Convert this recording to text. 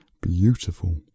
Beautiful